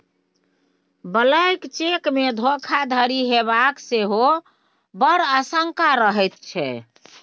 blank चेकमे धोखाधड़ी हेबाक सेहो बड़ आशंका रहैत छै